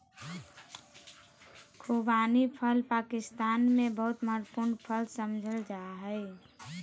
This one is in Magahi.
खुबानी फल पाकिस्तान में बहुत महत्वपूर्ण फल समझल जा हइ